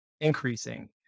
increasing